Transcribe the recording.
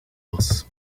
was